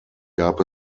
gab